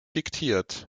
diktiert